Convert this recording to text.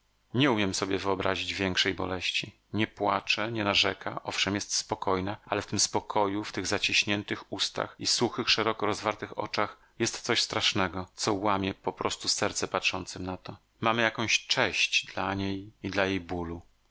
nie umiem sobie wyobrazić większej boleści nie płacze nie narzeka owszem jest spokojna ale w tym spokoju w tych zaciśniętych ustach i suchych szeroko rozwartych oczach jest coś strasznego co łamie poprostu serce patrzącym na to mamy jakąś cześć dla niej i dla jej bólu